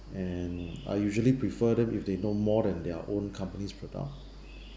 and I usually prefer them if they know more than their own company's product